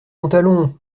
montalon